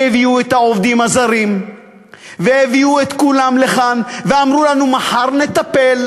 והביאו את העובדים הזרים והביאו את כולם לכאן ואמרו לנו: מחר נטפל,